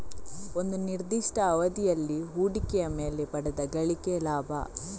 ಒಂದು ನಿರ್ದಿಷ್ಟ ಅವಧಿಯಲ್ಲಿ ಹೂಡಿಕೆಯ ಮೇಲೆ ಪಡೆದ ಗಳಿಕೆ ಲಾಭ